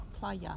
Playa